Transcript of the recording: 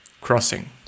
Crossing